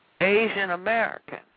Asian-American